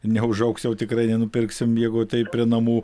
neužaugs jau tikrai nenupirksim jeigu taip prie namų